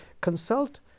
consult